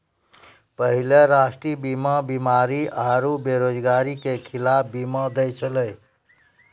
पहिले राष्ट्रीय बीमा बीमारी आरु बेरोजगारी के खिलाफ बीमा दै छलै